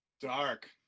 dark